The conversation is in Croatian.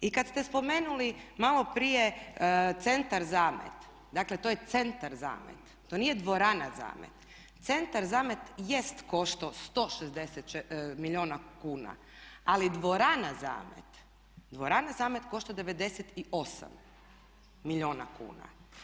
I kad ste spomenuli maloprije Centar Zamet, dakle to je Centar Zamet, to nije dvorana Zamet, Centar Zamet jest koštao 160 milijuna kuna ali dvorana Zamet košta 98 milijuna kuna.